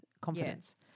confidence